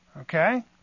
Okay